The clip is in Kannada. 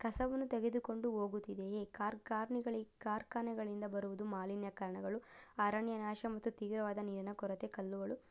ಕಸವನ್ನು ತೆಗೆದುಕೊಂಡು ಹೋಗುತ್ತಿದೆಯೇ ಕಾರ್ಖಾನೆಗಳಿಗೆ ಕಾರ್ಖಾನೆಗಳಿಂದ ಬರುವುದು ಮಾಲಿನ್ಯ ಕಣಗಳು ಅರಣ್ಯ ನಾಶ ಮತ್ತು ತೀವ್ರವಾದ ನೀರಿನ ಕೊರತೆ ಕಲ್ಲುಗಳು